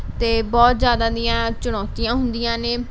ਅਤੇ ਬਹੁਤ ਜ਼ਿਆਦਾ ਦੀਆਂ ਚੁਣੌਤੀਆਂ ਹੁੰਦੀਆਂ ਨੇ